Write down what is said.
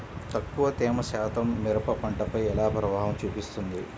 తక్కువ తేమ శాతం మిరప పంటపై ఎలా ప్రభావం చూపిస్తుంది?